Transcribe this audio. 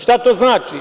Šta to znači?